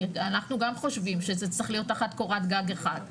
אנחנו גם חושבים שזה צריך להיות תחת קורת גג אחד.